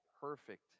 perfect